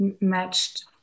matched